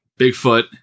Bigfoot